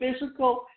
physical